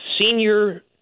senior